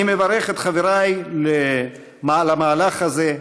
אני מברך את חברי למהלך הזה,